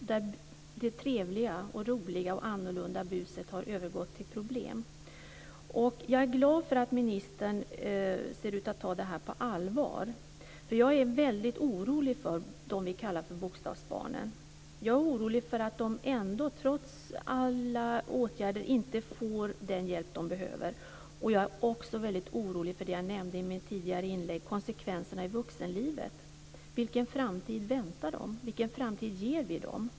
Det trevliga, roliga och annorlunda buset har övergått till problem. Jag är glad över att ministern ser ut att ta det här på allvar. Jag är nämligen mycket orolig för de s.k. bokstavsbarnen. Jag är orolig över att de trots alla åtgärder inte får den hjälp som de behöver. Jag är också orolig över konsekvenserna i vuxenlivet, som jag nämnde i mitt tidigare inlägg. Vilken framtid väntar dem? Vilken framtid ger vi dem?